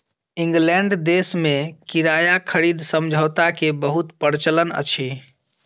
England देश में किराया खरीद समझौता के बहुत प्रचलन अछि